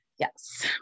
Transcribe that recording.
yes